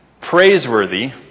praiseworthy